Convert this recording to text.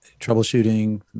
troubleshooting